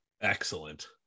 Excellent